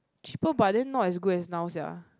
cheaper but then not as good as now sia